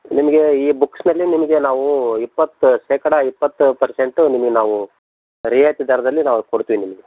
ನಿಮ್ಗೆ ಈ ಬುಕ್ಸ್ನಲ್ಲಿ ನಿಮಗೆ ನಾವು ಇಪ್ಪತ್ತು ಶೇಕಡ ಇಪ್ಪತ್ತು ಪರ್ಸೆಂಟು ನಿಮಗೆ ನಾವು ರಿಯಾಯಿತಿ ದರದಲ್ಲಿ ನಾವು ಕೊಡ್ತೀವಿ ನಿಮಗೆ